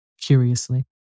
curiously